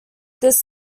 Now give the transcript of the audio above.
this